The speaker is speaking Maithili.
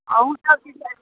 अहूँसभ दिश